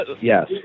Yes